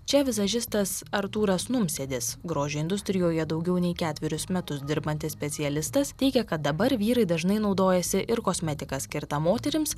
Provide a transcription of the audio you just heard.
čia vizažistas artūras numsėdis grožio industrijoje daugiau nei ketverius metus dirbantis specialistas teigia kad dabar vyrai dažnai naudojasi ir kosmetika skirta moterims